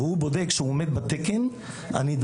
והוא בודק שהוא עומד בתקן הנדרש,